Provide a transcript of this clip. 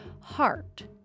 heart